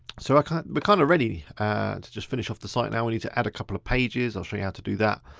kind of but kind of ready to just finish off the site now. we need to add a couple of pages. i'll show you how to do that.